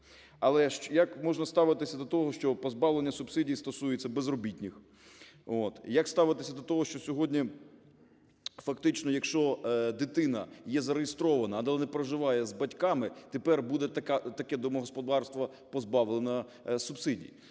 Але ж як можна ставитися до того, що позбавлення субсидій стосується безробітних? Як ставитися до того, що сьогодні фактично, якщо дитина є зареєстрована але не проживає з батьками, тепер буде таке домогосподарство позбавлене субсидій?